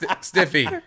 stiffy